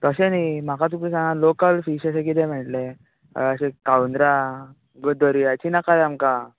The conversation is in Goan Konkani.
तशें न्ही म्हाका तुका सांग लोकल फीश अशें किदें मेळटलें अशें काळुंदरां ब् दर्याचीं नाका रे आमकां